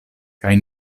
kaj